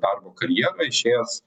darbo karjerą išėjęs